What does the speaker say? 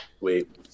Wait